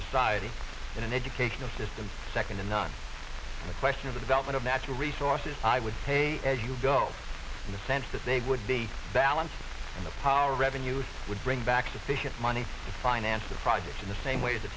society and an educational system second to none in the question of the development of natural resources i would pay as you go in the sense that they would be balanced in the power revenues would bring back sufficient money to finance the project in the same way